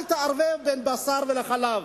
אל תערבב בין בשר לבין חלב.